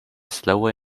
slower